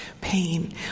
pain